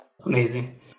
amazing